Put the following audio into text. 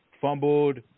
fumbled